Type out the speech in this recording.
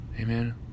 amen